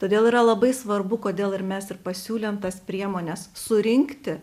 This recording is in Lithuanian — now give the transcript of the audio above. todėl yra labai svarbu kodėl ir mes ir pasiūlėm tas priemones surinkti